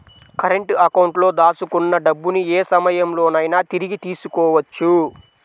current అకౌంట్లో దాచుకున్న డబ్బుని యే సమయంలోనైనా తిరిగి తీసుకోవచ్చు